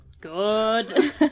Good